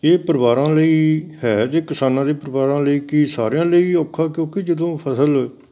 ਇਹ ਪਰਿਵਾਰਾਂ ਲਈ ਹੈ ਜੇ ਕਿਸਾਨਾਂ ਦੇ ਪਰਿਵਾਰਾਂ ਲਈ ਕਿ ਸਾਰਿਆਂ ਲਈ ਔਖਾ ਕਿਉਂਕਿ ਜਦੋਂ ਫਸਲ